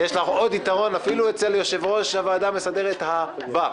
יש לך עוד יתרון אפילו אצל יושב-ראש הוועדה המסדרת הבא,